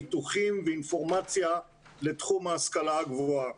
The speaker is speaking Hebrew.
ניתוחים ואינפורמציה לתחום ההשכלה הגבוהה.